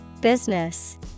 Business